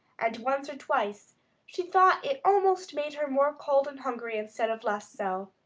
and once or twice she thought it almost made her more cold and hungry instead of less so.